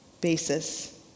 basis